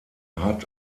hat